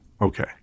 Okay